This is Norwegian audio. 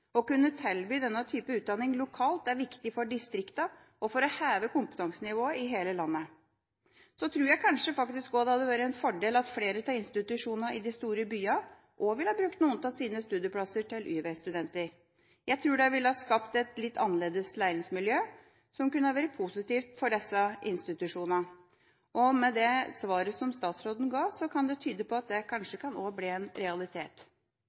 Å kunne tilby denne typen utdanning lokalt er viktig for distriktene og for å heve kompetansenivået i hele landet. Jeg tror kanskje også at det hadde vært en fordel om flere av institusjonene i de store byene hadde brukt noen av sine studieplasser til Y-vei-studenter. Jeg tror det ville skapt et litt annerledes læringsmiljø, som kunne vært positivt for disse institusjonene. Svaret som statsråden ga, tyder på at også det kan bli en realitet.